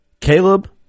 Caleb